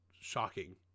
shocking